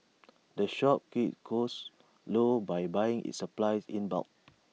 the shop keeps costs low by buying its supplies in bulk